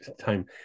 time